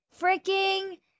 freaking